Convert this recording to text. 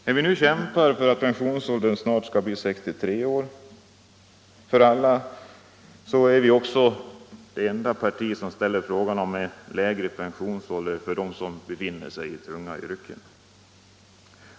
När vi nu kämpar för att pensionsåldern skall bli 63 år för alla är vi också det enda parti som ställer frågan om en lägre pensionsålder för dem som befinner sig i tunga yrken.